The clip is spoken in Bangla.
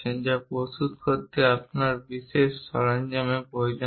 যা প্রস্তুত করতে আমাদের বিশেষ সরঞ্জামের প্রয়োজন হয়